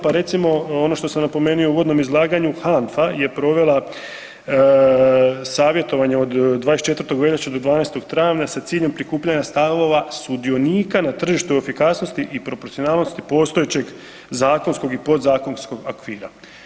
Pa recimo ono što sam napomenuo u uvodnom izlaganju, HANFA je provela savjetovanje od 24. veljače do 12. travnja sa ciljem prikupljanja stavova sudionika na tržištu efikasnosti i proporcionalnosti postojećeg zakonskog i podzakonskog okvira.